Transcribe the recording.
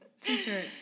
Teacher